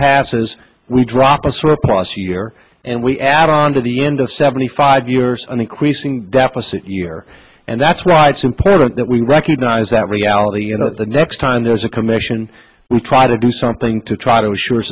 passes we drop a surplus here and we add on to the end of seventy five years an increasing deficit year and that's why it's important that we recognize that reality you know the next time there's a commission we try to do something to try to ensure